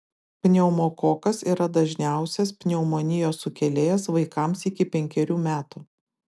pneumokokas yra dažniausias pneumonijos sukėlėjas vaikams iki penkerių metų